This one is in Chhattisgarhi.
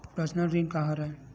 पर्सनल ऋण का हरय?